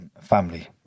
Family